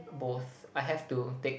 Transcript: both I have to take